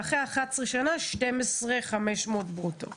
ואחרי 11 שנים 12,500 ברוטו.